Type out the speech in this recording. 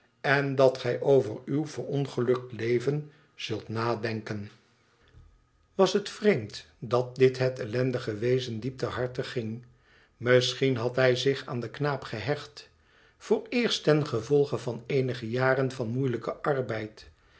en dat gij over uw verongelukt leven zult nadenken was het vreemd dat dit het ellendige wezen diep ter harte ging misschien had hij zich aan den knaap gehecht vooreerst ten gevolge van eenige jaren van moeilijken arbeid